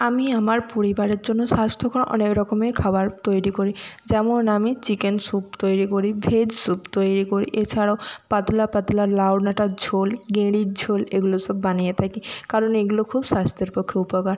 আমি আমার পরিবারের জন্য স্বাস্থ্যকর অনেক রকমের খাবার তৈরি করি যেমন আমি চিকেন স্যুপ তৈরি করি ভেজ স্যুপ তৈরি করি এছাড়াও পাতলা পাতলা লাউ ডাঁটার ঝোল গেঁড়ির ঝোল এগুলো সব বানিয়ে থাকি কারণ এগুলো খুব স্বাস্থ্যের পক্ষে উপকার